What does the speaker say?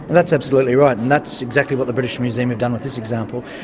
that's absolutely right, and that's exactly what the british museum have done with this example.